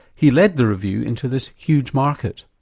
he led the review into this huge market.